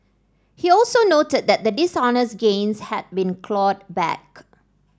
he also noted that the dishonest gains had been clawed back